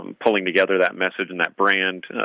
um pulling together that message and that brand.